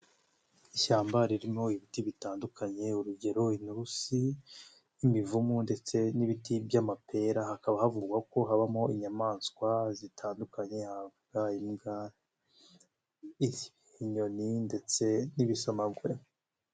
Ishyamba ririmo ibiti bitandukanye urugero; inurusi, imivumu ndetse n'ibiti by'amapera, hakaba havugwa ko habamo inyamaswa zitandukanye, haba inka, inyoni ndetse n'ibisamagwe.